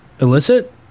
illicit